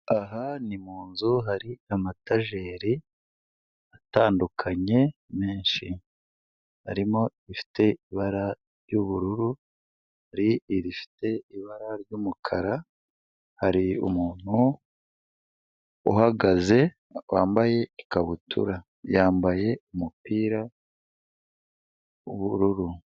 Aha ni mu nzu hari amatajeri atandukanye menshi, harimo ifite ibara ry'ubururu, hari irifite ibara ry'umukara, hari umuntu uhagaze wambaye ikabutura, yambaye umupira w'ubururu.